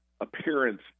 appearance